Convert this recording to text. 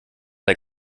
der